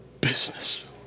business